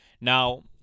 Now